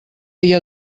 dia